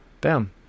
bam